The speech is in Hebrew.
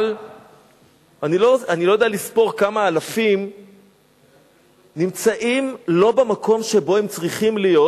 אבל אני לא יודע לספור כמה אלפים נמצאים לא במקום שבו הם צריכים להיות,